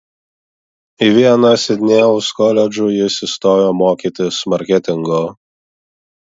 į vieną sidnėjaus koledžų jis įstojo mokytis marketingo